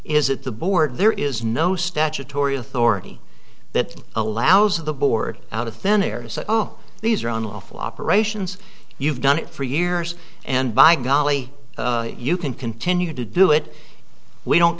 that the board there is no statutory authority that allows the board out of thin air to say oh these are unlawful operations you've done it for years and by golly you can continue to do it we don't